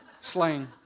slang